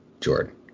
Jordan